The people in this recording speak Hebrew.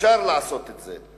אפשר לעשות את זה.